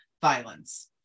violence